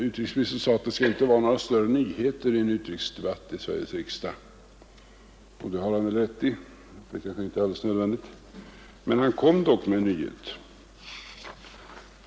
Utrikesministern sade att det inte skall förekomma några större nyheter under en utrikesdebatt i Sveriges riksdag, och det har han väl rätt i. Det är nog inte nödvändigt. Men utrikesministern kom själv med en nyhet.